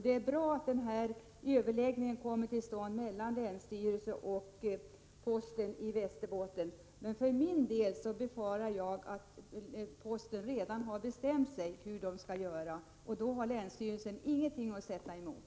Det är bra att överläggningar kommer till stånd mellan länsstyrelsen och posten i Västerbotten, men för min del befarar jag att man vid Posten redan har bestämt hur man skall göra, och då har länsstyrelsen ingenting att sätta emot.